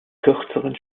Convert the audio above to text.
kürzeren